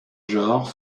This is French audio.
genre